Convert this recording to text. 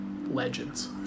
legends